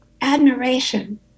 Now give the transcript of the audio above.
admiration